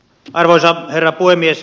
arvoisa herra puhemies